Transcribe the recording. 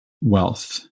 wealth